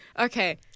Okay